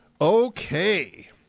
Okay